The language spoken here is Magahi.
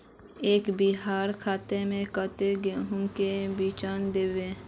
एक बिगहा खेत में कते गेहूम के बिचन दबे?